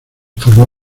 formó